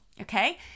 okay